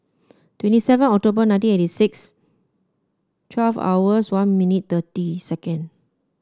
twenty seven October nineteen eighty six twelve hours one minute thirty second